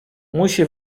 musi